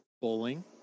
Bowling